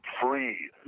free